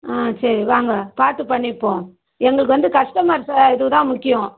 ஆ சரி வாங்க பார்த்து பண்ணிப்போம் எங்களுக்கு வந்து கஸ்டமர்ஸ் இதுதான் முக்கியம்